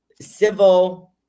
civil